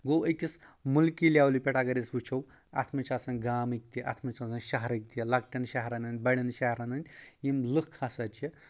گوٚو أکس مُلکی لیولہِ پیٹھ اَگر أسۍ وٕچھو اتھ منٛز چھِ آسان گامٕکۍ تہِ اتھ منٛز چھِ آسان شہرٕکۍ تہِ لۄکٹٮ۪ن شہرن ہٕندۍ بڑین شہرن ہٕندۍ یِم لُکھ ہَسا چھِ